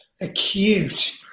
acute